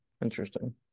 Interesting